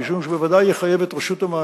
משום שזה ודאי יחייב את רשות המים,